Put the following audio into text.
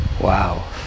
Wow